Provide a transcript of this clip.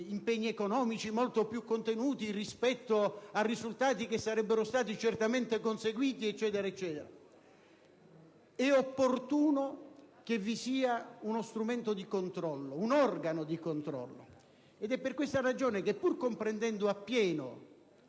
impegni economici molto più contenuti rispetto a risultati che sarebbero stati certamente conseguiti, ed altro ancora. È opportuno che vi sia uno strumento di controllo, un organo di controllo. Ed è per questa ragione che, pur comprendendo appieno